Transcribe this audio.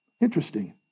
Interesting